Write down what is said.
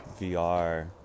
VR